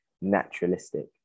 naturalistic